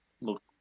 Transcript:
look